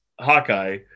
Hawkeye